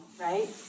right